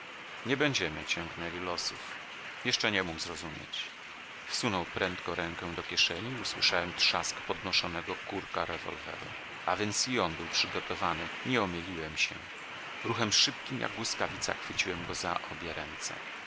nie będziemy ciągnęli losów jeszcze nie mógł zrozumieć wsunął prędko rękę do kieszeni i usłyszałem trzask podnoszonego kurka rewolweru a więc i on był przygotowany nie omyliłem się ruchem szybkim jak błyskawica chwyciłem go za obie ręce